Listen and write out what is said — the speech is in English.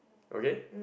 okay